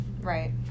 Right